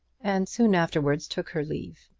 and soon afterwards took her leave,